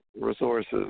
resources